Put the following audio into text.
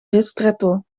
ristretto